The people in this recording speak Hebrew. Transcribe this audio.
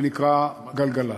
שנקרא גלגלצ.